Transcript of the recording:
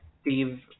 steve